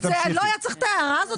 לא היה צריך את ההערה הזאת בכלל.